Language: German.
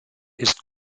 ist